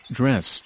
dress